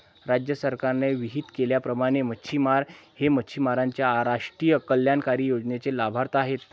राज्य सरकारने विहित केल्याप्रमाणे मच्छिमार हे मच्छिमारांच्या राष्ट्रीय कल्याणकारी योजनेचे लाभार्थी आहेत